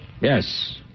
Yes